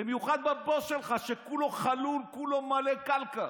במיוחד בבוס שלך, שכולו חלול, כולו מלא קלקר.